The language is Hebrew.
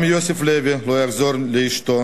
גם יוסף לוי לא יחזור לאשתו,